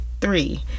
three